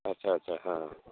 ଆଚ୍ଛା ଆଚ୍ଛା ହଁ